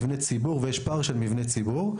יש פער של מבני ציבור.